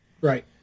Right